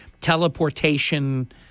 teleportation